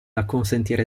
acconsentire